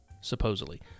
supposedly